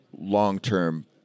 long-term